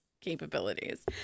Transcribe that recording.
capabilities